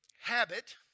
habit